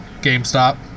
GameStop